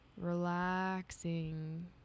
Relaxing